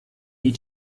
need